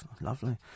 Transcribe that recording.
lovely